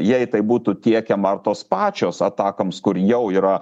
jei tai būtų tiekiama ar tos pačios atakoms kur jau yra